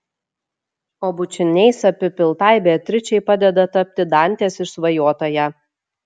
o bučiniais apipiltai beatričei padeda tapti dantės išsvajotąja